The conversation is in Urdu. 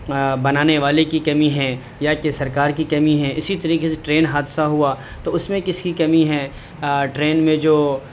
بنانے والے کی کمی ہیں یا کہ سرکار کی کمی ہے اسی طریقے سے ٹرین حادثہ ہوا تو اس میں کس کی کمی ہے ٹرین میں جو